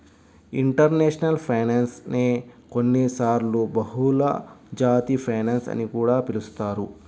international finance నే కొన్నిసార్లు బహుళజాతి ఫైనాన్స్ అని కూడా పిలుస్తారు